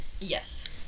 Yes